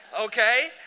okay